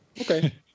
Okay